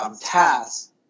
task